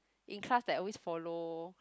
in class that I always follow